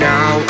Now